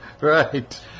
Right